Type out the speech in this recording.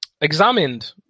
examined